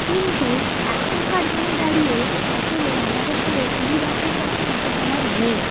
কিন্তু এখনকার দিনে দাঁড়িয়ে আসলে আমাদের কারও টিভি দেখার মতন অত সময় নেই